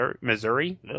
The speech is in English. Missouri